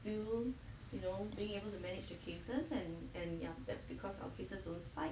know you know being able to manage their cases and and that's because our cases don't spike